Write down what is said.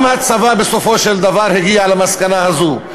גם הצבא, בסופו של דבר, הגיע למסקנה הזו.